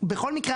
בכל מקרה,